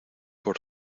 por